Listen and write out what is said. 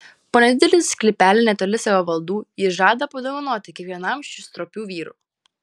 po nedidelį sklypelį netoli savo valdų ji žada padovanoti kiekvienam šių stropių vyrų